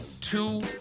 two